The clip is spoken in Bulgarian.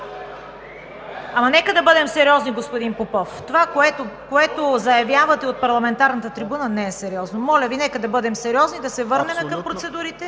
нека да бъдем сериозни! Това, което заявявате от парламентарната трибуна, не е сериозно. Моля Ви, нека да бъдем сериозни и да се върнем към процедурите.